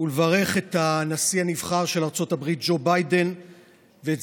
ולברך את הנשיא הנבחר של ארצות הברית ג'ו ביידן ואת